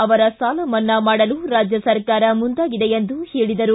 ಅವರ ಸಾಲಮನ್ನಾ ಮಾಡಲು ರಾಜ್ಯ ಸರಕಾರ ಮುಂದಾಗಿದೆ ಎಂದು ಹೇಳಿದರು